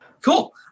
cool